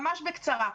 ממש בקצרה.